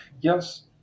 Yes